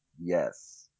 Yes